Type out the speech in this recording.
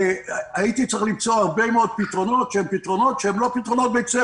הייתי צריך למצוא הרבה מאוד פתרונות שהם לא פתרונות-בית-ספר.